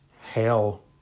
Hell